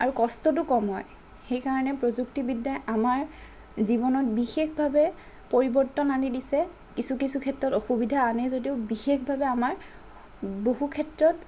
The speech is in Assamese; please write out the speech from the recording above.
আৰু কষ্টটো কম হয় সেইকাৰণে প্ৰযুক্তিবিদ্যাই আমাৰ জীৱনত বিশেষভাৱে পৰিৱৰ্তন আনি দিছে কিছু কিছু ক্ষেত্ৰত অসুবিধা আনে যদিও বিশেষভাৱে আমাৰ বহু ক্ষেত্ৰত